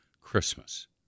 Christmas